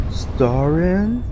starring